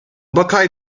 buckeye